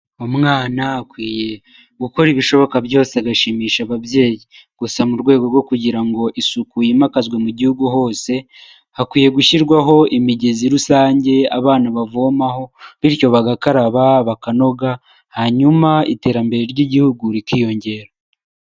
Umwana akwiye gukora ibishoboka byose agashimisha ababyeyi, gusa mu rwego rwo kugira ngo isuku yimakazwe mu gihugu hose, hakwiye gushyirwaho imigezi rusange abana bavomaho bityo bagakaraba bakanoga, hanyuma iterambere ry'igihugu rikiyongera.